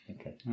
Okay